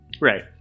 Right